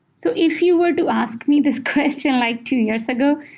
so if you were to ask me this question like two years ago,